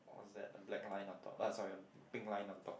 what's that a black line on top uh sorry pink line on top